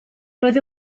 roedd